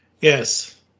yes